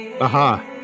Aha